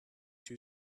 too